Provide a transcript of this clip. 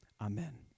amen